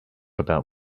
about